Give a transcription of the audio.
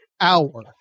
hour